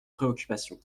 préoccupations